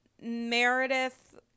Meredith